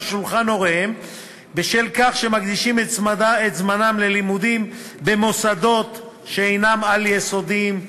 שולחן הוריהם בשל כך שהם מקדישים את זמנם ללימודים שאינם על-יסודיים,